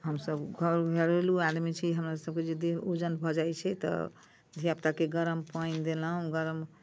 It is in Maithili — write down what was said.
हमसभ घरेलू आदमी छी हमरासभके जे देहमे ओजन भऽ जाइत छै तऽ धिया पूताके गरम पानि देलहुँ गरम